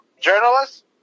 journalists